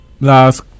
last